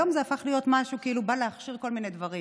היום זה הפך להיות משהו שבא להכשיר כל מיני דברים.